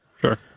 Sure